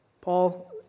Paul